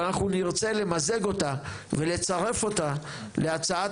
אבל אנחנו נרצה למזג אותה ולצרף אותה להצעת